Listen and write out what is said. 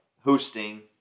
hosting